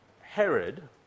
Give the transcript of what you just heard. Herod